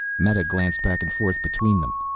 meta glanced back and forth between them.